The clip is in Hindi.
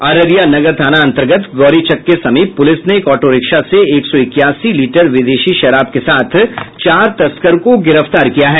अररिया नगर थाना अंतर्गत गौरीचक के समीप पुलिस ने एक ऑटोरिक्शा से एक सौ इक्यासी लीटर विदेशी शराब के साथ चार तस्कर को गिरफ्तार किया है